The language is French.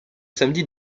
samedi